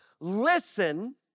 Listen